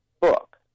book